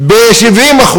ב-70%,